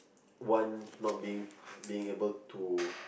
one not being being able to